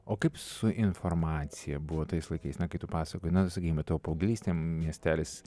o kaip su informacija buvo tais laikais na kai tu pasakojai na sakykime tavo paauglystė miestelis